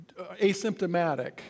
asymptomatic